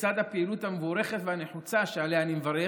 לצד הפעילות המבורכת והנחוצה, שעליה אני מברך,